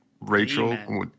Rachel